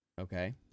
Okay